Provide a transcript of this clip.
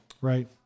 Right